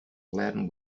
laden